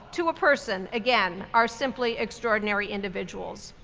to a person again, are simply extraordinary individuals.